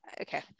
okay